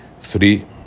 Three